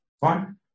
Fine